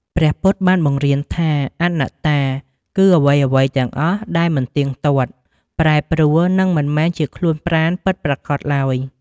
ព្រះពុទ្ធបានបង្រៀនថាអនត្តា គឺអ្វីៗទាំងអស់ដែលមិនទៀងទាត់ ប្រែប្រួល និងមិនមែនជាខ្លួនប្រាណពិតប្រាកដឡើយ។